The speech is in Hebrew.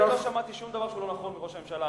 אני לא שמעתי שום דבר שהוא לא נכון מראש הממשלה,